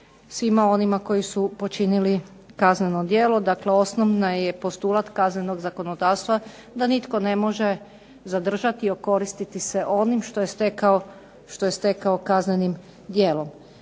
svima onima koji su počinili kazneno djelo. Dakle, osnovni je postulat kaznenog zakonodavstva da nitko ne može zadržati i okoristiti se onim što je stekao kaznenim djelom.